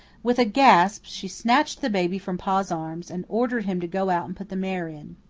with a gasp she snatched the baby from pa's arms, and ordered him to go out and put the mare in.